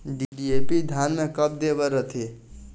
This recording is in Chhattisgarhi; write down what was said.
डी.ए.पी धान मे कब दे बर रथे?